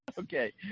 Okay